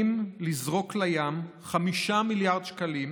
לזרוק לים 5 מיליארד שקלים,